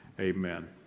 Amen